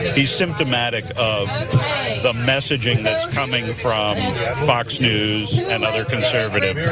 he's symptomatic of the messaging that's coming from fox news and other conservative yeah